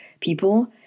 people